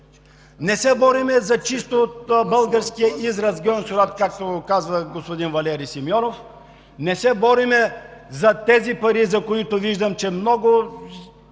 Не се борим за чисто българския израз „гьонсурат“, както казва господин Валери Симеонов. Не се борим за тези пари, за които виждам, че много